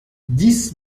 dix